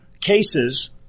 cases